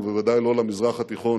ובוודאי לא למזרח התיכון